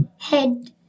head